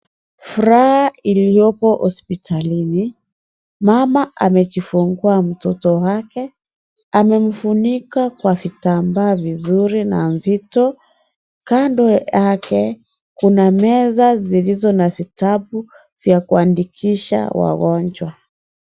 Furaha iliyoko hospitalini mama amejifungua mtoto wake, amemfunika kwa vitambaa vizuri na nzito, kando yake kuna meza zilizo na vitabu vya kuandikisha wagonjwa.